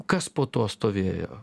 kas po tuo stovėjo